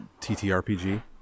ttrpg